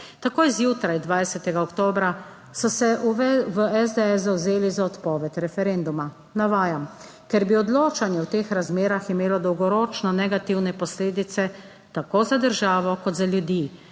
Takoj zjutraj 20. oktobra so se v SDS zavzeli za odpoved referenduma, navajam: "Ker bi odločanje v teh razmerah imelo dolgoročno negativne posledice, tako za državo kot za ljudi